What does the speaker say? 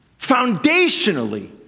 foundationally